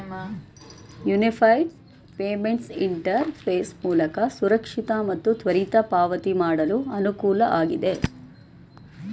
unified payments interface ಮೂಲಕ ಸುರಕ್ಷಿತ ಮತ್ತು ತ್ವರಿತ ಪಾವತಿ ಮಾಡಲು ಅನುಕೂಲ ಆಗಿದೆ